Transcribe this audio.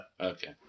Okay